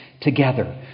together